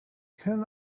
can